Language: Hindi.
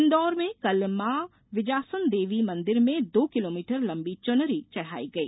इन्दौर में कल मॉ विजासन देवी मंदिर में दो किलोमीटर लंबी चुनरी चढ़ाई गई